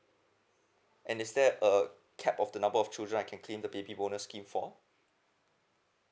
and is there a cap of the number of children I can claim the baby bonus scheme for